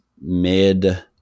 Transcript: mid